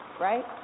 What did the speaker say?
right